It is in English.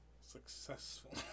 Successful